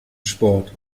sport